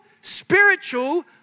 spiritual